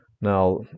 Now